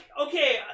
okay